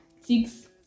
six